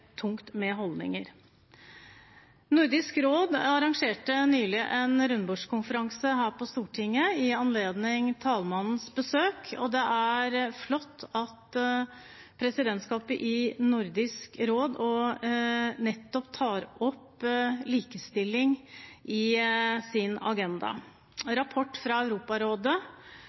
tungt med holdninger. Nordisk råd arrangerte nylig en rundebordskonferanse her på Stortinget i anledning talmannens besøk. Det er flott at presidentskapet i Nordisk råd tar opp nettopp likestilling på sin agenda. En rapport fra Europarådet